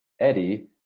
Eddie